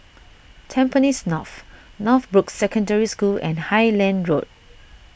Tampines North Northbrooks Secondary School and Highland Road